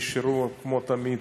נשארו, כמו תמיד,